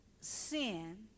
sin